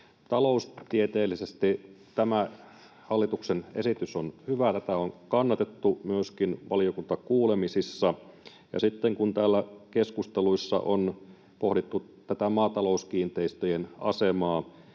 Taloustieteellisesti tämä hallituksen esitys on hyvä, ja tätä on kannatettu myöskin valiokuntakuulemisissa. Sitten kun täällä keskusteluissa on pohdittu maatalouskiinteistöjen asemaa,